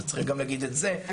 אז צריך גם להגיד את זה,